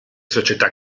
società